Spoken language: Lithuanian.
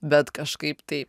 bet kažkaip tai